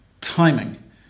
Timing